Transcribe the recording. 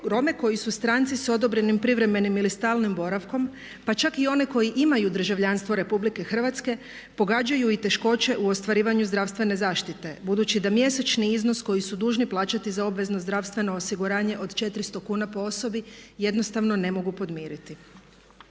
Rome koji su stranci s odobrenim privremenim ili stalnim boravkom pa čak i one koji imaju državljanstvo RH pogađaju i teškoće u ostvarivanju zdravstvene zaštite budući da mjesečni iznos koji su dužni plaćati za obvezno zdravstveno osiguranje od 400 kuna po osobi jednostavno ne mogu podmiriti.